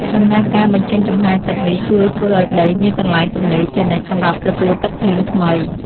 ដំណើរការបញ្ចេញចំហាយទឹកនេះជួយធ្វើឱ្យដីមានកន្លែងទំនេរជានិច្ចសម្រាប់ទទួលទឹកភ្លៀងថ្មី។